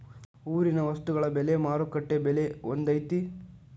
ಊರಿನ ವಸ್ತುಗಳ ಬೆಲೆ ಮಾರುಕಟ್ಟೆ ಬೆಲೆ ಒಂದ್ ಐತಿ?